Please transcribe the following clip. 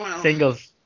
singles